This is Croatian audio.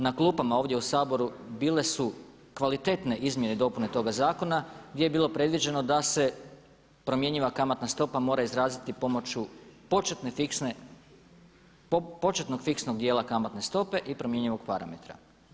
Na klupama ovdje u Saboru bile su kvalitetne izmjene i dopune toga zakona gdje je bilo predviđeno da se promjenjiva kamatna stopa mora izraziti pomoću početnog fiksnog dijela kamatne stope i promjenjivog parametra.